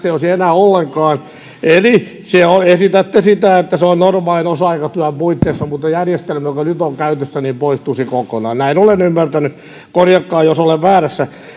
ei olisi enää ollenkaan eli esitätte sitä että se on normaalin osa aikatyön puitteissa mutta järjestelmä joka nyt on käytössä poistuisi kokonaan näin olen ymmärtänyt korjatkaa jos olen väärässä